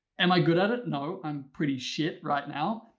am i good at it, no. i'm pretty shit right now,